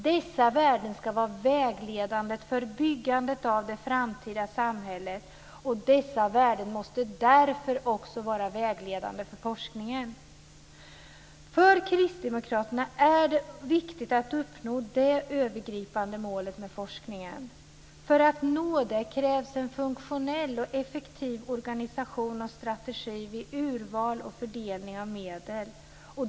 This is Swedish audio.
Dessa värden ska vara vägledande för byggandet av det framtida samhället, och dessa värden måste därför också vara vägledande för forskningen. För kristdemokraterna är det viktigt att uppnå det övergripande målet med forskningen. För att nå det krävs en funktionell och effektiv organisation och strategi vid urval och fördelning av medel.